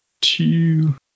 two